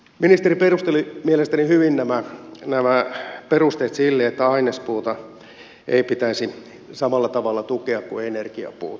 ministeri perusteli mielestäni hyvin sen että ainespuuta ei pitäisi samalla tavalla tukea kuin energiapuuta